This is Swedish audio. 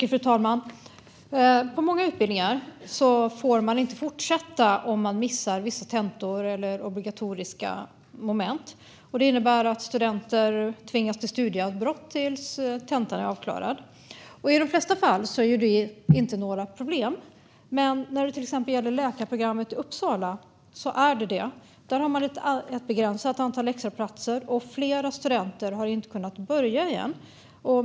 Fru talman! På många utbildningar får man inte fortsätta om man missar vissa tentor eller obligatoriska moment. Det innebär att studenter tvingas till studieavbrott tills tentan är avklarad. I de flesta fall är det inte några problem, men det är det när det till exempel gäller läkarprogrammet i Uppsala. Där har man ett begränsat antal extraplatser, och flera studenter har inte kunnat börja igen.